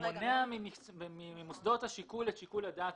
הוא מונע ממוסדות התכנון את שיקול הדעת,